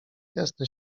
jasne